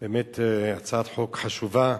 באמת הצעת חוק חשובה.